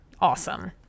awesome